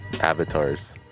avatars